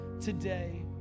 today